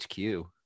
HQ